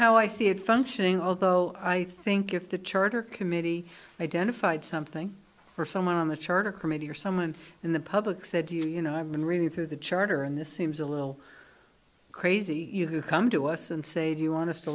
how i see it functioning although i think if the charter committee identified something or someone on the charter committee or someone in the public said you know i've been reading through the charter and this seems a little crazy you could come to us and say do you want us to